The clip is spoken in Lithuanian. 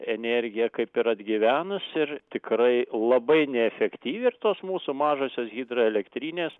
energija kaip ir atgyvenus ir tikrai labai neefektyvi ir tos mūsų mažosios hidroelektrinės